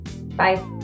Bye